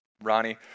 Ronnie